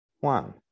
one